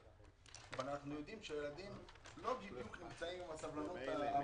אבל הילדים לא עם הסבלנות המתאימה.